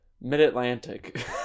Mid-Atlantic